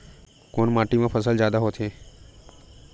कोन माटी मा फसल जादा होथे?